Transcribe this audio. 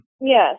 Yes